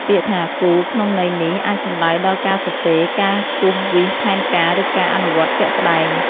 ពាក្យថា «គូរ» ក្នុងន័យនេះ អាចសំដៅដល់ការសរសេរ ការគូសវាសផែនការ ឬការអនុវត្តជាក់ស្តែង។